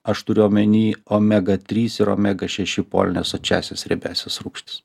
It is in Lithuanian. aš turiu omeny omega trys ir omega šeši polinesočiąsias riebiąsias rūgštis